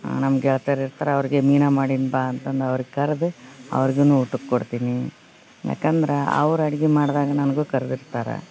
ನಮ್ಮ ಗೆಳ್ತಿಯರು ಇರ್ತರ ಅವರಿಗೆ ಮೀನು ಮಾಡಿನ ಬಾ ಅಂಥದ್ ಅವ್ರ ಕರ್ದ ಅವರುಗೂನು ಊಟಕ್ಕೆ ಕೊಡ್ತೀನಿ ಯಾಕಂದ್ರ ಅವ್ರ ಅಡ್ಗೆ ಮಾಡ್ದಾಗ ನನಗೂ ಕರ್ದಿರ್ತಾರೆ